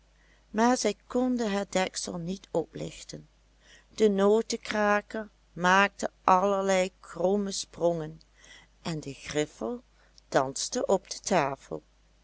maar zij konden het deksel niet oplichten de notenkraker maakte allerlei kromme sprongen en de griffel danste op de tafel